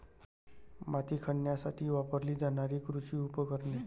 माती खणण्यासाठी वापरली जाणारी कृषी उपकरणे